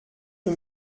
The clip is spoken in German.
für